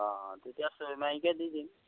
অঁ তেতিয়া ছৈ মাৰিকে দি দিম